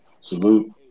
Salute